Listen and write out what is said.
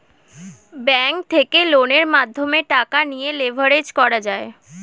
bank থেকে লোনের মাধ্যমে টাকা নিয়ে লেভারেজ করা যায়